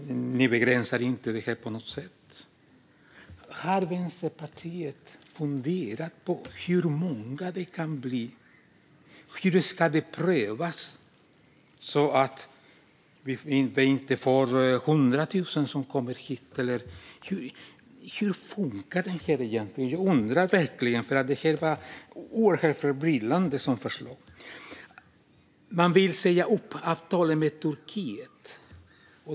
Ni begränsar det inte på något sätt. Har Vänsterpartiet funderat på hur många det kan bli? Hur ska det prövas så att det inte blir 100 000 som kommer hit? Hur funkar detta egentligen? Det är ett oerhört förbryllande förslag. För det tredje vill ni säga upp avtalet med Turkiet.